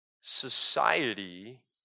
society